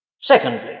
Secondly